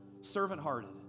servant-hearted